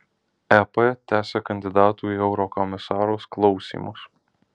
ep tęsia kandidatų į eurokomisarus klausymus